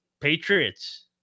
patriots